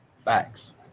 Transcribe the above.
facts